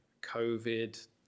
COVID